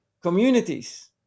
communities